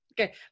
Okay